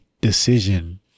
decision